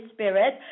Spirit